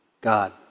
God